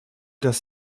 dass